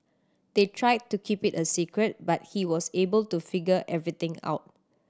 they tried to keep it a secret but he was able to figure everything out